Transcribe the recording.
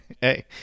Hey